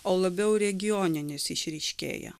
o labiau regioninis išryškėja